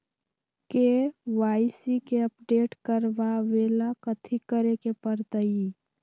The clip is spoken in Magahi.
के.वाई.सी के अपडेट करवावेला कथि करें के परतई?